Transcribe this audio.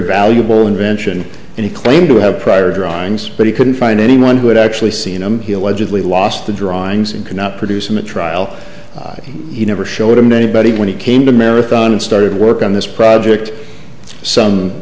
valuable invention and he claimed to have prior drawings but he couldn't find anyone who had actually seen him he allegedly lost the drawings and cannot produce in the trial he never showed them anybody when he came to marathon and started work on this project some